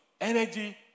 energy